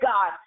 God